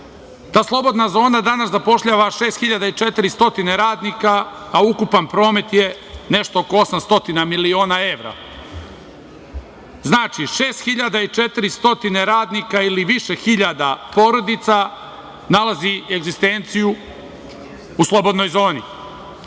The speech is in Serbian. Ta Slobodna zona danas zapošljava 6.400 radnika, a ukupan promet je nešto oko 800 miliona evra. Znači, 6.400 radnika ili više hiljada porodica nalazi egzistenciju u Slobodnoj zoni. Da